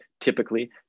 typically